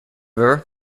river